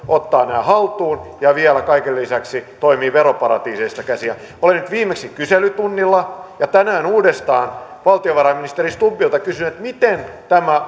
ottaa nämä haltuun ja vielä kaiken lisäksi toimii veroparatiiseista käsin olen nyt viimeksi kyselytunnilla ja tänään uudestaan valtiovarainministeri stubbilta kysynyt miten tämä